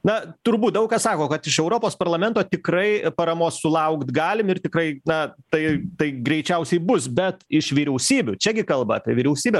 na turbūt daug kas sako kad iš europos parlamento tikrai paramos sulaukt galim ir tikrai na tai tai greičiausiai bus bet iš vyriausybių čia gi kalba apie vyriausybę